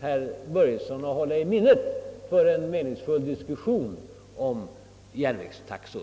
herr Börjesson måste hålla i minnet för att kunna driva en meningsfull diskussion om järnvägstaxor.